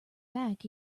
back